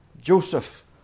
Joseph